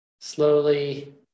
slowly